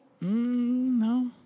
No